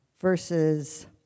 verses